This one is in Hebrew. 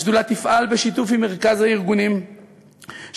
השדולה תפעל בשיתוף עם מרכז הארגונים של